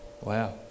wow